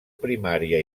primària